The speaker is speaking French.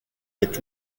est